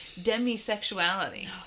demisexuality